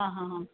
ആ ഹാ ഹാ